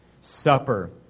Supper